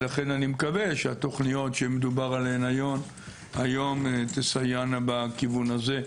לכן אני מקווה שהתוכניות שמדובר עליהן היום תסייענה בכיוון הזה.